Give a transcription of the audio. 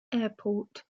airport